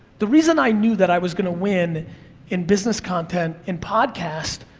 the reason i knew that i was gonna win in business content in podcast,